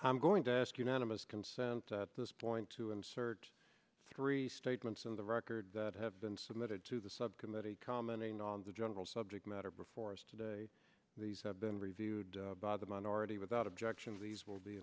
i'm going to ask unanimous consent at this point to insert three statements in the record that have been submitted to the subcommittee commenting on the general subject matter before us today these have been reviewed by the minority without objection these will be